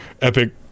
Epic